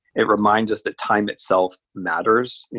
it reminds us that time itself matters.